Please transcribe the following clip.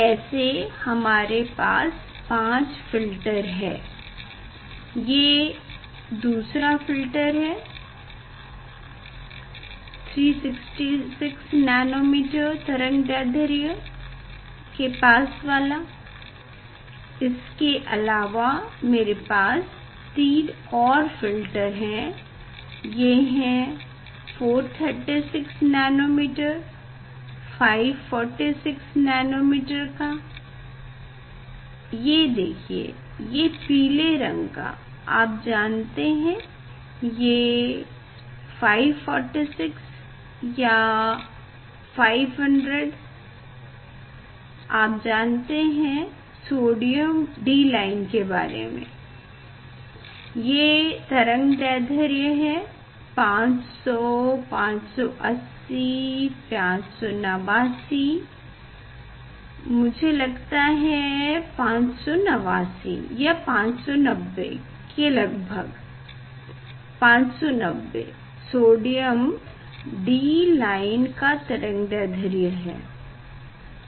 ऐसे हमारे पास 5 फ़िल्टर हैं ये दूसरा फ़िल्टर है 366nm तरंगदैढ्र्य पास वाला इसके अलावा मेरे पास 3 और फ़िल्टर हैं ये 436nm 546 nm का ये देखिए ये पीले रंग का आप जानते हैं ये 546 500 आप जानते हैं सोडियम D लाइन के बारे में ये तरंगदैढ्र्य हैं 500 580 589 मुझे लगता है 589 या 590 के लगभग 590 सोडियम D लाइन का तरंगदैढ्र्य है